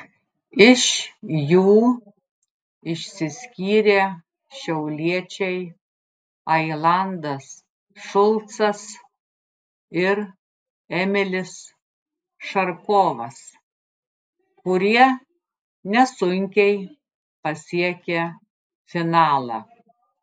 iš jų išsiskyrė šiauliečiai ailandas šulcas ir emilis šarkovas kurie nesunkiai pasiekė finalą